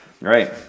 Right